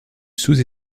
sous